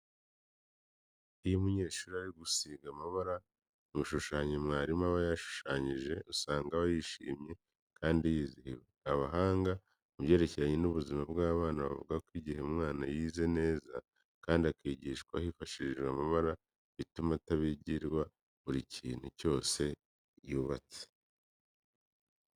Iyo umunyeshuri ari gusiga amabara mu bishushanyo mwarimu aba yashushanyije usanga aba yishimye kandi yizihiwe. Abahanga mu byerekeranye n'ubuzima bw'abana bavuga ko igihe umwana yize neza kandi akigishwa hifashishijwe amabara bituma atibagirwa buri kintu cyose yabwiwe.